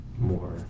more